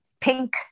pink